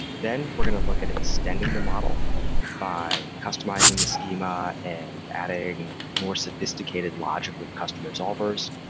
then we're going to look at extending the model by customizing the schema and adding more sophisticated logic with custom resolvers.